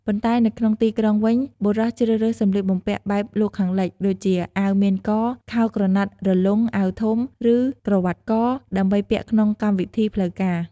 ប៉ុន្តែនៅក្នុងទីក្រុងវិញ បុរសជ្រើសរើសសម្លៀកបំពាក់បែបលោកខាងលិច ដូចជា អាវមានក ខោក្រណាត់រលុង អាវធំ ឬ ក្រវាត់ក ដើម្បីពាក់ក្នុងកម្មវិធីផ្លូវការ។